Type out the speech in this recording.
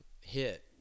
hit